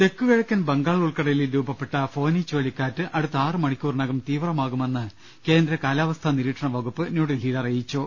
തെക്കുകിഴക്കൻ ബംഗാൾ ഉൾക്കടലിൽ രൂപപ്പെട്ട ഫോനി ചുഴലിക്കാറ്റ് അടുത്ത ആറു മണിക്കൂറിനകം തീവ്രമാകുമെന്ന് കേന്ദ്ര കാലാവസ്ഥാ നിരീക്ഷണ വകുപ്പ് ന്യൂഡൽഹിയിൽ അറിയിച്ചു